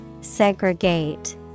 Segregate